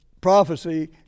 prophecy